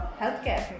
healthcare